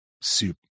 soup